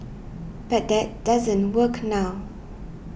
but that doesn't work now